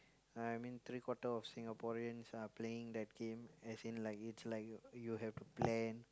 I mean three quarter of Singaporeans are playing that game as in like it's like y~ you have to plan